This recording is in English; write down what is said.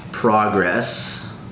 progress